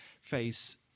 face